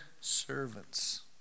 servants